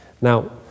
Now